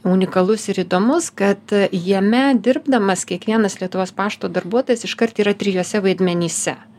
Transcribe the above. unikalus ir įdomus kad jame dirbdamas kiekvienas lietuvos pašto darbuotojas iškart yra trijuose vaidmenyse